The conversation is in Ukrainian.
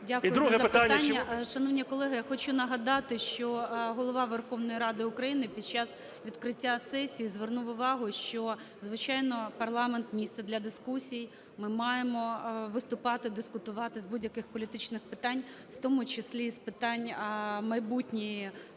Дякую за запитання. Шановні колеги, я хочу нагадати, що Голова Верховної Ради України під час відкриття сесії звернув увагу, що, звичайно, парламент – місце для дискусій, ми маємо виступати, дискутувати з будь-яких політичних питань, в тому числі із питань майбутньої процедури